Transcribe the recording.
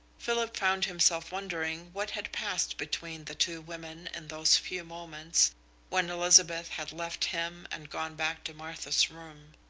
philip found himself wondering what had passed between the two women in those few moments when elizabeth had left him and gone back to martha's room.